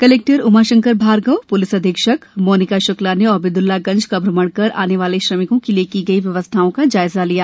collector Umashankar Bhargava तथा police अधीक्षक श्रीमती मोनिका श्क्ला ने औबेदुल्लागंज का भ्रमण कर आने वाले श्रमिकों के लिए की गई व्यवस्थाओं का जायजा लिया